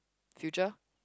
future